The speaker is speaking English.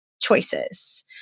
choices